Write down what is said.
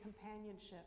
companionship